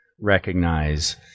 recognize